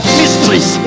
mysteries